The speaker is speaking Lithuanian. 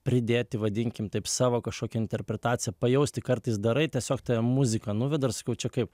pridėti vadinkim taip savo kažkokią interpretaciją pajausti kartais darai tiesiog tave muzika nuveda ir sakau čia kaip